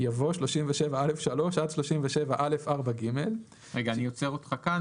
יבוא "37א3 עד 37א4ג"." רגע, אני עוצר אותך כאן.